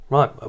Right